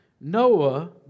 Noah